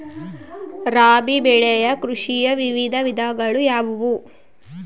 ರಾಬಿ ಬೆಳೆ ಕೃಷಿಯ ವಿವಿಧ ವಿಧಗಳು ಯಾವುವು?